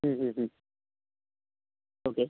മ്ഹംഹം okay